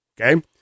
Okay